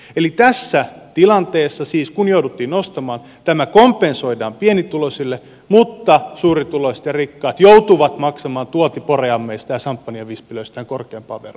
eli tässä tilanteessa siis kun jouduttiin arvonlisäveroa nostamaan tämä kompensoidaan pienituloisille mutta suurituloiset ja rikkaat joutuvat maksamaan tuontiporeammeista ja samppanjavispilöistään korkeampaa veroa